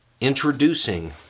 Introducing